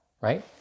right